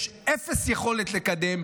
יש אפס יכולת לקדם,